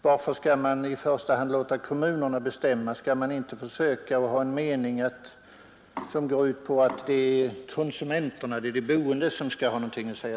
Varför skall man i första hand låta dessa bestämma och inte de boende, konsumenterna?